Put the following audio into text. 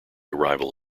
arrival